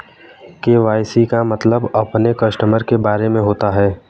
KYC का मतलब अपने कस्टमर के बारे में होता है